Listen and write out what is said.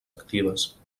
actives